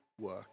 work